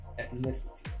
ethnicity